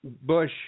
Bush